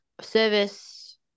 service